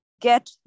get